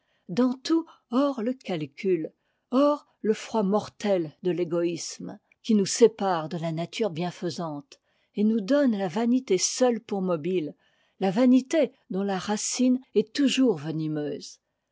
dans tout hors le calcul hors le froid mortel de l'égoïsme qui nous sépare de la nature bienfaisante et nous donne ia vanité seule pour mobile la vanité dont la racine est toujours venimeuse